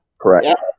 Correct